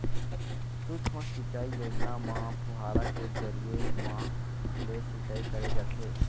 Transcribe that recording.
सुक्ष्म सिंचई योजना म फुहारा के जरिए म ले सिंचई करे जाथे